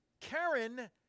Karen